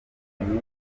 dominic